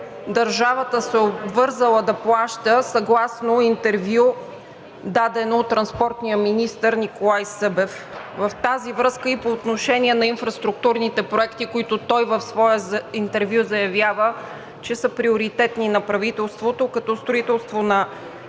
държавата се е обвързала да плаща, съгласно интервю, дадено от транспортния министър Николай Събев в тази връзка и по отношение на инфраструктурните проекти, които той в своето интервю заявява, че са приоритетни на правителството, като строителство на четири моста,